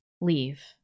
leave